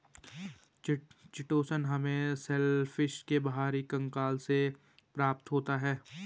chitosan हमें shellfish के बाहरी कंकाल से प्राप्त होता है